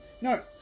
No